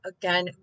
again